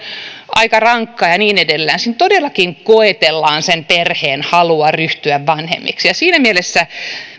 aika rankka ja ja niin edelleen siinä todellakin koetellaan sen perheen halua ryhtyä vanhemmiksi siinä mielessä